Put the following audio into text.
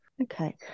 Okay